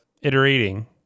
iterating